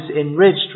enriched